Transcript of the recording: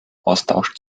austausch